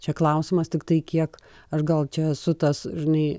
čia klausimas tiktai kiek aš gal čia esu tas žinai